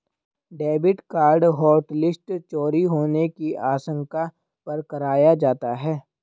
debit card hotlist चोरी होने की आशंका पर कराया जाता है